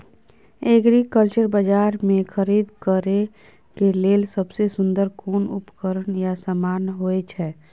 Agriculture बाजार में खरीद करे के लेल सबसे सुन्दर कोन उपकरण या समान होय छै?